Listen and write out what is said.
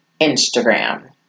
Instagram